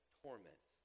torment